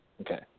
Okay